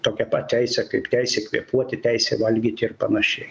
tokia pat teisė kaip teisė kvėpuoti teisė valgyti ir panašiai